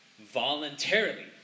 voluntarily